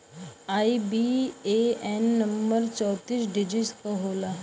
IBAN number चौतीस digit क होला